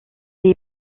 est